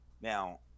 Now